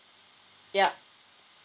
yup